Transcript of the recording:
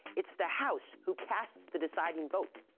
it's the house who casts the deciding vote.